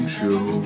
Show